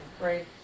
Right